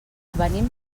venim